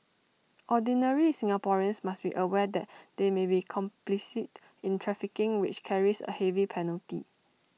ordinary Singaporeans must be aware that they may be complicit in trafficking which carries A heavy penalty